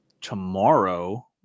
tomorrow